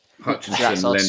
Hutchinson